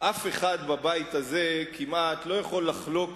כמעט אף אחד בבית הזה לא יכול לחלוק